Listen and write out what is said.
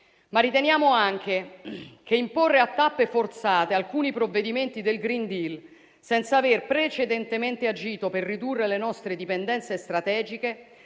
ma riteniamo anche che imporre a tappe forzate alcuni provvedimenti del *green deal,* senza aver precedentemente agito per ridurre le nostre dipendenze strategiche,